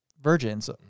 virgins